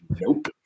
Nope